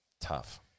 tough